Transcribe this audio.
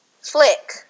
Flick